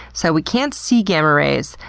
so we can't see gamma rays,